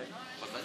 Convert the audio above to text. לכן